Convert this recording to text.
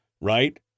right